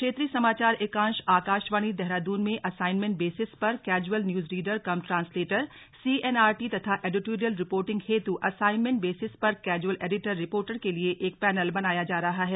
क्षेत्रीय समाचार एकांश आकाशवाणी देहरादून में असाइन्मेंट बेसिस पर casual news reader cum translator CNRT तथा एडिटोरियल रिपोर्टिंग हेतु असाइन्मेंट बेसिस पर कैजुअल एडिटर रिपोर्टर के लिए एक पैनल बनाया जा रहा है